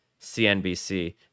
CNBC